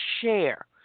share